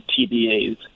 TBAs